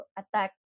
attack